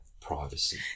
privacy